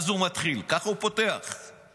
כך הוא פותח ואז הוא מתחיל: